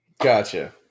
Gotcha